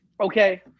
okay